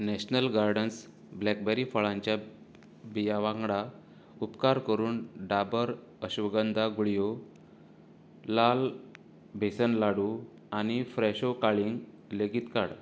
national gardens blackberry फळांच्या बियां वांगडा उपकार करून डाबर अश्वगंधा गुळयो लाल बेसन लाडू आनी फ्रॅशो काळिंग लेगीत काड